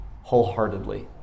wholeheartedly